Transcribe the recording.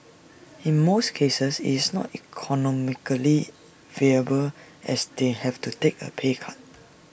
in most cases is not economically viable as they have to take A pay cut